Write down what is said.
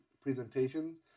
presentations